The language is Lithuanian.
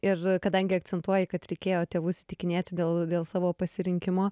ir kadangi akcentuoji kad reikėjo tėvus įtikinėti dėl dėl savo pasirinkimo